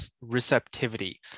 receptivity